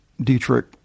Dietrich